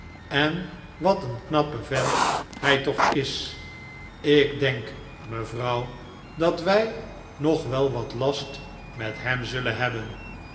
en wat een knappe vent hij toch is ik denk mevrouw dat wij nog wel wat last met hem zullen hebben